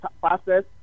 process